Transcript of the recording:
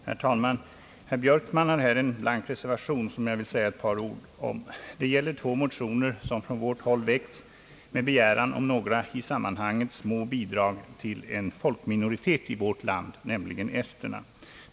Herr talman! Herr Björkman har vid denna punkt avgivit en blank reservation som jag vill säga några få ord om. Det gäller två motioner, som från vårt håll väckts med begäran om några i sammanhanget små bidrag till en folkminoritet i vårt land, nämligen esterna.